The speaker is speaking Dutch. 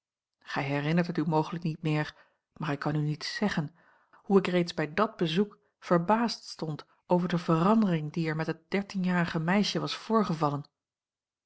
gij herinnert het u mogelijk niet meer maar ik kan u niet zeggen hoe ik reeds bij dat bezoek verbaasd stond over de verandering die er met het dertienjarige meisje was voorgevallen